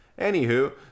anywho